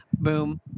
boom